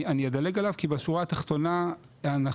אני אדלג עליו כי בשורה התחתונה אנחנו